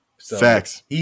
Facts